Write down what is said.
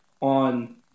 on